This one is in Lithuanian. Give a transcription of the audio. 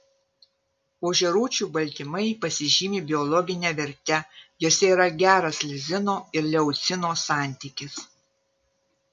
ožiarūčių baltymai pasižymi biologine verte juose yra geras lizino ir leucino santykis